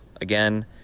again